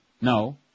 No